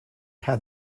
had